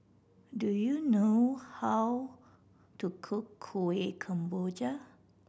do you know how to cook Kuih Kemboja